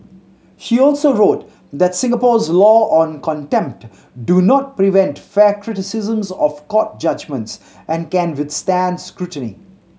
she also wrote that Singapore's laws on contempt do not prevent fair criticisms of court judgements and can withstand scrutiny